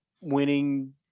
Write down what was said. winning